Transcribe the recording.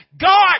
God